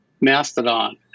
Mastodon